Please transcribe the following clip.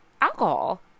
alcohol